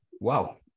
Wow